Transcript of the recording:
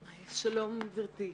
שלום, גברתי.